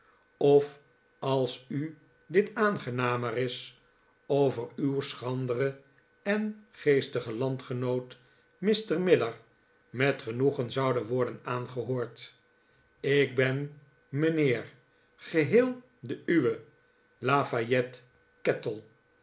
of als u dit aangenamer is over uw schranderen en geestigen landgenoot mr miller met genoegen zouden worden aangehoord ik ben mijnheer geheel de uwe lafayette